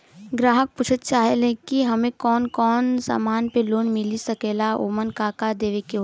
ग्राहक पुछत चाहे ले की हमे कौन कोन से समान पे लोन मील सकेला ओमन का का देवे के होला?